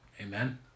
Amen